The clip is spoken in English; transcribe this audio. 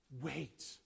wait